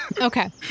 Okay